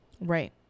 right